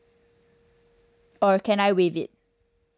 or can I waive it